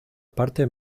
parte